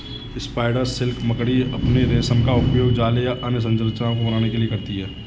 spider silk मकड़ी अपने रेशम का उपयोग जाले या अन्य संरचनाओं को बनाने के लिए करती हैं